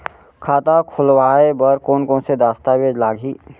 खाता खोलवाय बर कोन कोन से दस्तावेज लागही?